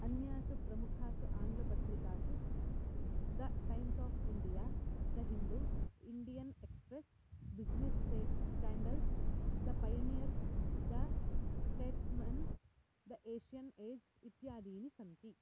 अन्यासु प्रमुखासु आङ्ग्लपत्रिकासु the Times of India the Hindu Indian Express Business State Standard the Pioneer the Statesman the Asian Age इत्यादीनि सन्ति